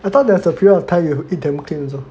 I thought there's a period of time you eat damn clean also